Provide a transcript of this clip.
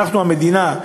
אנחנו המדינה,